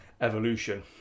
evolution